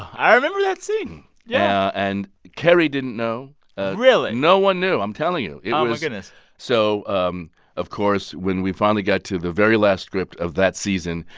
i remember that scene yeah and kerry didn't know really? no one knew, i'm telling you yeah oh, my goodness so um of course when we finally got to the very last script of that season,